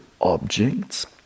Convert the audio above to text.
objects